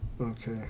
okay